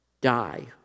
die